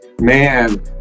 Man